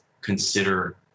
consider